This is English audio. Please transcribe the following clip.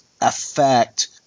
affect –